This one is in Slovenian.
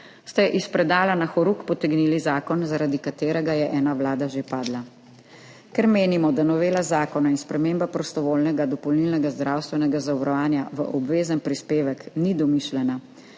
ste iz predala na horuk potegnili zakon, zaradi katerega je ena vlada že padla. Ker menimo, da novela zakona in sprememba prostovoljnega dopolnilnega zdravstvenega zavarovanja v obvezen prispevek ni domišljena